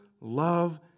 love